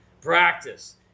Practice